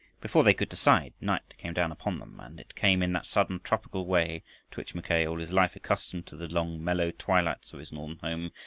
before they could decide, night came down upon them, and it came in that sudden tropical way to which mackay, all his life accustomed to the long mellow twilights of his northern home,